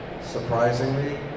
surprisingly